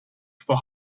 for